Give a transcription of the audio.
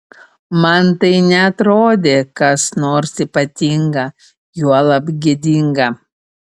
man tai neatrodė kas nors ypatinga juolab gėdinga